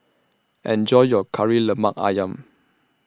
Enjoy your Kari Lemak Ayam